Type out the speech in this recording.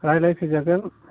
रायज्लायफैजागोन